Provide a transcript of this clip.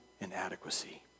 inadequacy